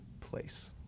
place